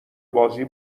بازی